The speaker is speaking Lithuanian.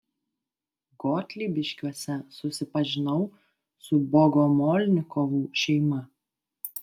gotlybiškiuose susipažinau su bogomolnikovų šeima